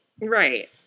Right